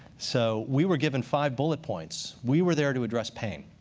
so we were given five bullet points. we were there to address pain.